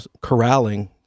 corralling